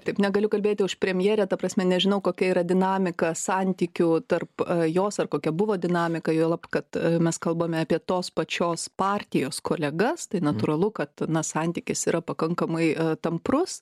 taip negaliu kalbėti už premjerę ta prasme nežinau kokia yra dinamika santykių tarp jos ar kokia buvo dinamika juolab kad mes kalbame apie tos pačios partijos kolegas tai natūralu kad na santykis yra pakankamai tamprus